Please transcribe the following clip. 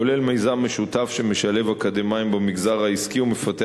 כולל מיזם משותף שמשלב אקדמאים במגזר העסקי ומפתח